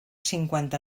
cinquanta